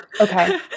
okay